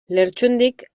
lertxundik